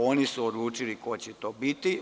Oni su odlučili ko će to biti.